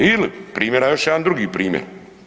Ili primjera, još jedan drugi primjer.